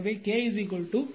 5 எனவே ∅1 max 0